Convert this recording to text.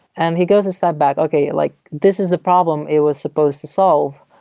and he goes a step back, okay, like this is the problem it was supposed to solve,